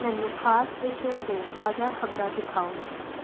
ਮੈਨੂੰ ਖਾਸ ਵਿਸ਼ੇ 'ਤੇ ਤਾਜ਼ਾ ਖ਼ਬਰਾਂ ਦਿਖਾਓ